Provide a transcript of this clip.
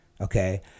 okay